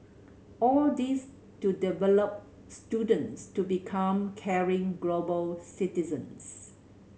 all this to develop students to become caring global citizens